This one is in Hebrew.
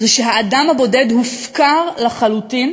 שהאדם הבודד הופקר לחלוטין